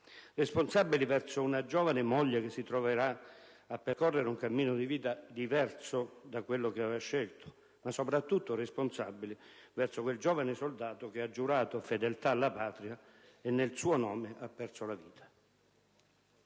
responsabili verso una giovane moglie che si troverà a percorrere un cammino di vita diverso da quello che aveva scelto; ma soprattutto responsabili verso quel giovane soldato che ha giurato fedeltà alla Patria e nel suo nome ha perso la vita.